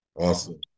Awesome